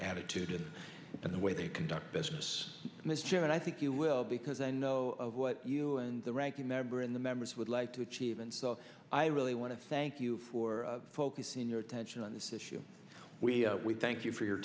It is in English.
attitude and the way they conduct business mr chairman i think you will because i know what you and the ranking member in the members would like to achieve and so i really want to thank you for focusing your attention on this issue we we thank you for your